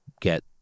get